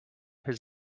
his